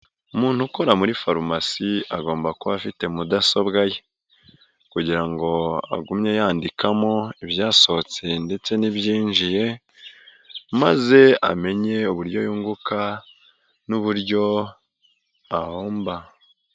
Umuntu ukora muri farumasi agomba kuba afite mudasobwa ye kugira ngo agumye yandikamo ibyasohotse ndetse n'ibyinjiye, maze amenye uburyo yunguka n'uburyo ahomba.